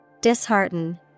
Dishearten